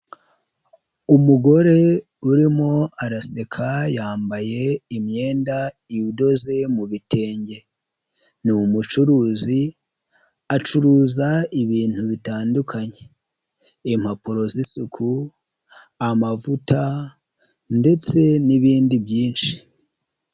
Umugore urimo araseka yambaye imyenda idoze mu bitenge, ni umucuruzi acuruza ibintu bitandukanye impapuro z'isuku, amavuta ndetse n'ibindi byinshi.